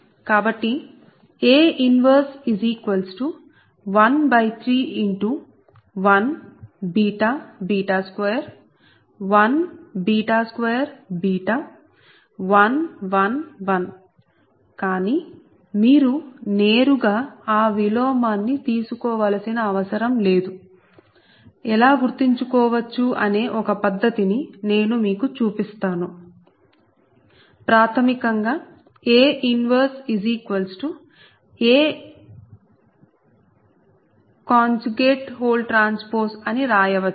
కాబట్టి A 1131 2 1 2 1 1 1 కానీ మీరు నేరుగా ఆ విలోమాన్ని తీసుకోవలసిన అవసరం లేదు ఎలా గుర్తుంచుకోవచ్చు అనే ఒక పద్ధతి ని నేను మీకు చూపిస్తాను ప్రాథమికంగా A 1ATఅని రాయచ్చు